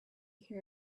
hear